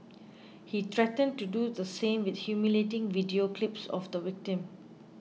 he threatened to do the same with humiliating video clips of the victim